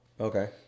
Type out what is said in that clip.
Okay